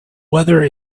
weather